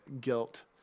guilt